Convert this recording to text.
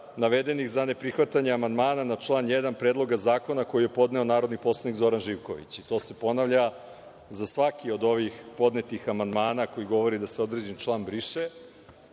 navedenih za ne prihvatanje na član 1. Predloga zakona koji je podneo narodni poslanik Zoran Živković, i to se ponavlja za svaki od ovih podnetih amandmana koji govore da se određeni član briše.